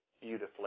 beautifully